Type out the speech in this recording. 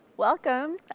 Welcome